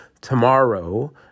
tomorrow